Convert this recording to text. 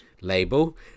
label